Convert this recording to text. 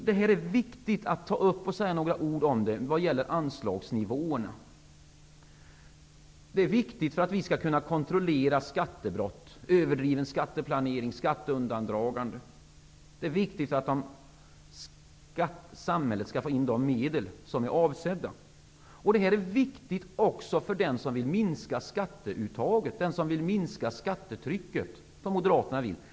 Det är viktigt att säga några ord om anslagsnivåerna. De är viktiga för att vi skall kunna kontrollera skattebrott, överdriven skatteplanering och skatteundandragande. Det är viktigt att samhället får in de medel som är avsedda för detta. Det är också viktigt för den som vill minska skatteuttaget och skattetrycket. Det vill ju Moderaterna.